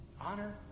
Honor